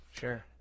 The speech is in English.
Sure